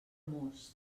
most